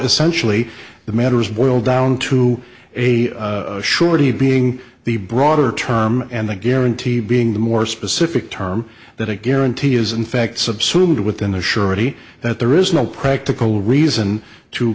essentially the matters boil down to a surety being the broader term and the guarantee being the more specific term that it guarantee is in fact subsumed within the surety that there is no practical reason to